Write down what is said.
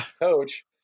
coach